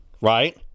right